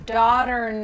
daughter